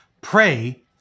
Pray